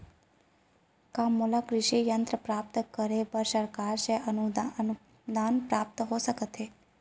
का मोला कृषि यंत्र प्राप्त करे बर सरकार से अनुदान प्राप्त हो सकत हे?